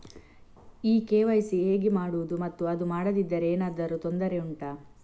ಈ ಕೆ.ವೈ.ಸಿ ಹೇಗೆ ಮಾಡುವುದು ಮತ್ತು ಅದು ಮಾಡದಿದ್ದರೆ ಏನಾದರೂ ತೊಂದರೆ ಉಂಟಾ